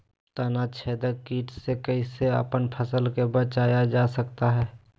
तनाछेदक किट से कैसे अपन फसल के बचाया जा सकता हैं?